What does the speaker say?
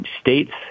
states